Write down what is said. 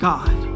God